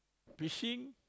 fishing